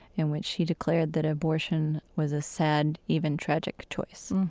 in when she declared that abortion was a sad, even tragic choice,